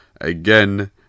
again